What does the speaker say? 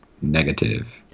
Negative